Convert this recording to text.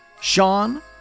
Sean